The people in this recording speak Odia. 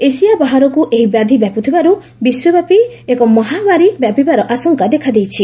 ଏସିଆ ବାହାରକୁ ଏହି ବ୍ୟାଧି ବ୍ୟାପୁଥିବାରୁ ବିଶ୍ୱବ୍ୟାପି ଏକ ମହାମାରୀ ବ୍ୟାପିବାର ଆଶଙ୍କା ଦେଖାଦେଇଛି